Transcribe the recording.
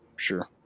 sure